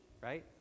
right